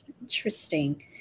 Interesting